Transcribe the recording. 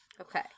Okay